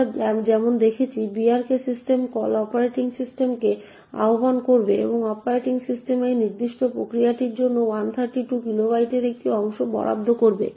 আমরা যেমন দেখেছি brk সিস্টেম কল অপারেটিং সিস্টেমকে আহ্বান করবে এবং অপারেটিং সিস্টেম এই নির্দিষ্ট প্রক্রিয়াটির জন্য 132 কিলোবাইটের একটি অংশ বরাদ্দ করবে